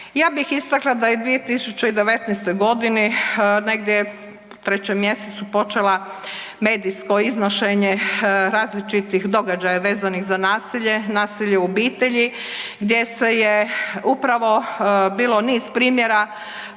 Ja bih istakla da je 2019. godini negdje u 3. mjesecu počelo medijsko iznošenje različitih događaja vezanih za nasilje, nasilje u obitelji gdje se je upravo bilo niz primjera